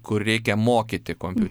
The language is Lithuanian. kur reikia mokyti kompiu